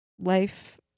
life